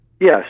Yes